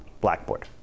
Blackboard